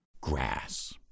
Grass